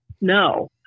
No